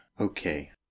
Okay